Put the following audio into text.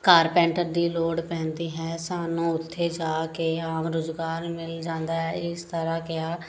carpenter ਦੀ ਲੋੜ ਪੈਂਦੀ ਹੈ ਸਾਨੂੰ ਉੱਥੇ ਜਾ ਕੇ ਆਮ ਰੁਜ਼ਗਾਰ ਮਿਲ ਜਾਂਦਾ ਹੈ ਇਸ ਤਰ੍ਹਾਂ ਕਿਹਾ